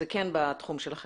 זה כן בתחום שלכם.